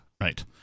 Right